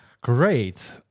Great